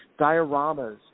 dioramas